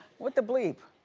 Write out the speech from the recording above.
with the bleep.